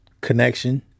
connection